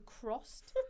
crossed